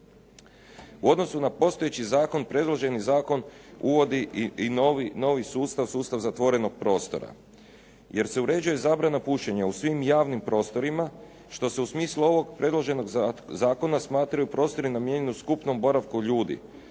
U odnosu na postojeći zakon, predloženi zakon uvodi i novi sustav, sustav zatvorenog prostora jer se uređuje zabrana pušenja u svim javnim prostorima što se u smislu ovog predloženog zakona smatraju prostori namijenjeni skupnom boravku ljudi,